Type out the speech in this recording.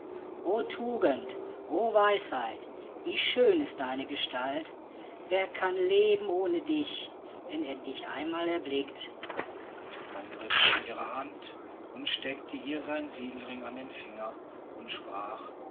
tugend o weisheit wie schön ist deine gestalt wer kann leben ohne dich wenn er dich einmal erblickte dann ergriff er ihre hand und steckte ihr seinen siegelring an den finger und sprach